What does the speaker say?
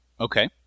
Okay